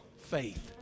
faith